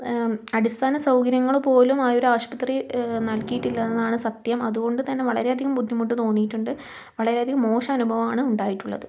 അടിസ്ഥാന സൗകര്യങ്ങള് പോലും ആ ഒരു ആശുപത്രി നൽകിയിട്ടില്ല എന്നാണ് സത്യം അതുകൊണ്ടുതന്നെ വളരെയധികം ബുദ്ധിമുട്ട് തോന്നിയിട്ടുണ്ട് വളരെയധികം മോശം അനുഭവമാണ് ഉണ്ടായിട്ടുള്ളത്